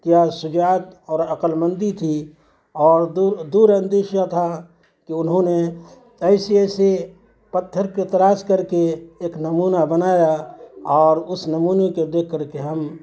کیا شجاعت اور عقلمندی تھی اور دور دور اندیشہ تھا کہ انہوں نے ایسے ایسے پتھر کو تراش کر کے ایک نمونہ بنایا اور اس نمونے کو دیکھ کر کے ہم